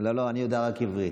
אני יודע רק עברי.